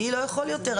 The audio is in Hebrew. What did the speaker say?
אני לא יכול יותר.